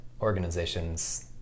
organizations